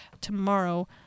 tomorrow